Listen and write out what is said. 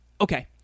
Okay